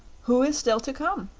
who is still to come?